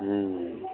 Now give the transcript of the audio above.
हुँ